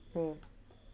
mm